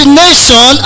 nation